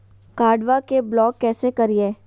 कार्डबा के ब्लॉक कैसे करिए?